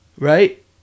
Right